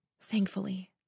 Thankfully